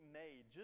made